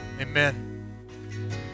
Amen